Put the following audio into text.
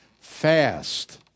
fast